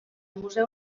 museu